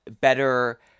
better